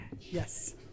Yes